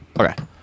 Okay